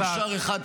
נשאר אחד פנוי.